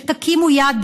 שתקימו לנו...